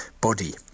body